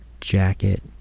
jacket